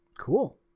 Cool